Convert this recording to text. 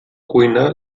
cuina